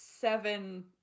seven